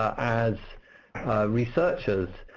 as researchers,